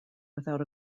without